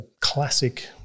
classic